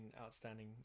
outstanding